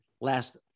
last